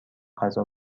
غذا